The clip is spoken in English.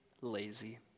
lazy